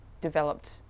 developed